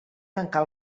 tancar